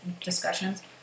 discussions